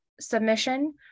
submission